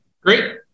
Great